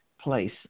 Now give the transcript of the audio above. place